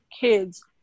kids